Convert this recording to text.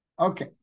Okay